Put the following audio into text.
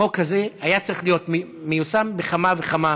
החוק הזה היה צריך להיות מיושם בכמה וכמה